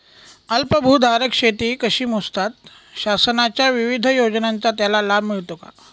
अल्पभूधारक शेती कशी मोजतात? शासनाच्या विविध योजनांचा त्याला लाभ मिळतो का?